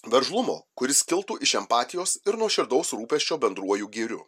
veržlumo kuris kiltų iš empatijos ir nuoširdaus rūpesčio bendruoju gėriu